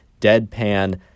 deadpan